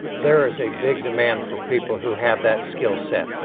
there is a big demand for people who have that skill set.